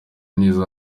neza